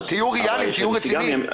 תהיו ראליים ותהיו רציניים.